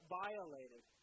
violated